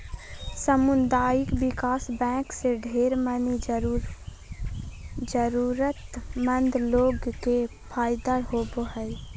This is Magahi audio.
सामुदायिक विकास बैंक से ढेर मनी जरूरतमन्द लोग के फायदा होवो हय